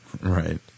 Right